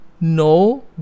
no